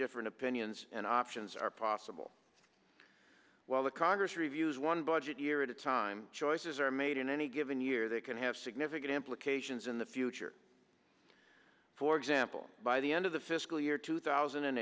different opinions and options are possible while the congress reviews one budget year at a time choices are made in any given year they can have significant implications in the future for example by the end of the fiscal year two thousand and